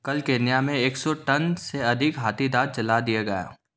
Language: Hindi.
कल केन्या में एक सौ टन से अधिक हाथीदांत जला दिया गया